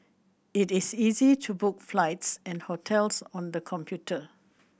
it is easy to book flights and hotels on the computer